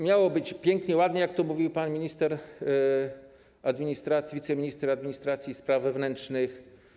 Miało być pięknie, ładnie, jak to mówił pan minister administracji, wiceminister administracji i spraw wewnętrznych.